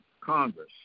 Congress